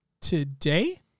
today